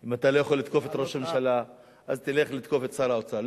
אם אתה לא יכול לתקוף את ראש הממשלה אז תלך לתקוף את שר האוצר.